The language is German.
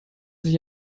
sich